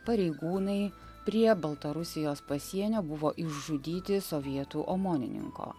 pareigūnai prie baltarusijos pasienio buvo išžudyti sovietų omonininko